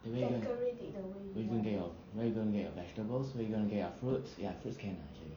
where you gonna your where you gonna get your vegetables where you gonna get your fruits ya fruits can lah actually